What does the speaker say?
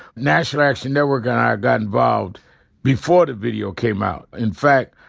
national action network and i got involved before the video came out. in fact,